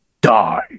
die